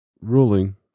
ruling